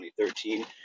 2013